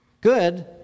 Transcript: good